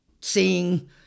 seeing